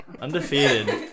Undefeated